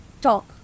talk